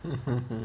mm mm